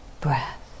breath